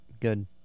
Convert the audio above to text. Good